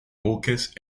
buques